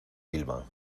vilma